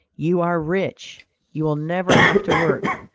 you are rich you will never have to work,